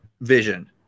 vision